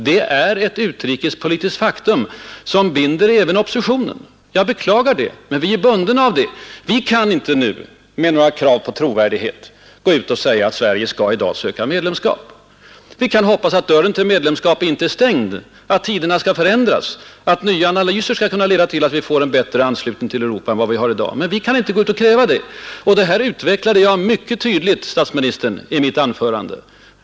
Det är ett utrikespolitiskt faktum som binder även oppositionen. Jag beklagar det, men vi är bundna av det. Vi kan inte med några krav på trovärdighet i dag gå ut och säga att Sverige skall söka medlemskap på nytt. Vi kan hoppas att dörren till medlemskap inte är stängd, att tiderna skall förändras, att nya analyser skall kunna leda till att vi får en bättre anslutning till Europa än vi har i dag. Men vi kan inte gå ut och kräva det. Detta utvecklade jag mycket tydligt i mitt anförande.